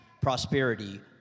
prosperity